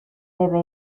debe